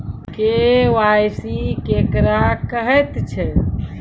KYC केकरा कहैत छै?